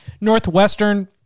Northwestern